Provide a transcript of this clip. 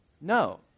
No